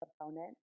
component